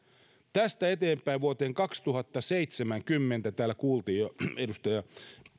tästä eteenpäin vuonna kaksituhattaseitsemänkymmentä täällä kuultiin jo edustaja